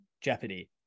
jeopardy